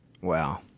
Wow